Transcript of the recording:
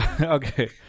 Okay